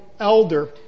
elder